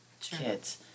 kids